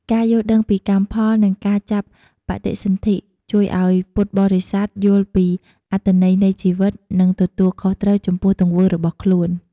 ការយល់ដឹងពីកម្មផល និងការចាប់បដិសន្ធិ ជួយឲ្យពុទ្ធបរិស័ទយល់ពីអត្ថន័យនៃជីវិត និងទទួលខុសត្រូវចំពោះទង្វើរបស់ខ្លួន។